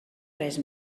res